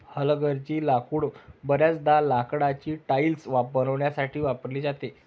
हलगर्जी लाकूड बर्याचदा लाकडाची टाइल्स बनवण्यासाठी वापरली जाते